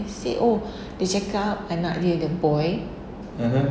they say oh dia cakap anak dia ada boy